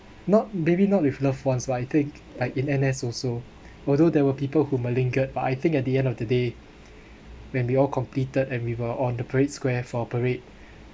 not maybe not with loved ones but I think like in N_S also although there were people whom I lingered but I think at the end of the day when we all completed and we were on the parade square for parade